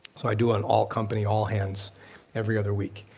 so i do an all-company all-hands every other week.